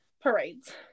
parades